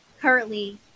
currently